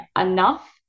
enough